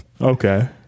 okay